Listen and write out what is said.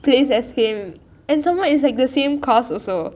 place as him and somemore it is like the same course also